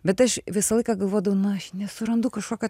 bet aš visą laiką galvodavau nu aš nesurandu kažkokio